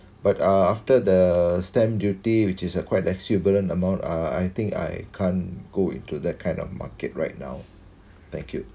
but uh after the stamp duty which is a quite exuberant amount uh I think I can't go into that kind of market right now thank you